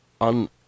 on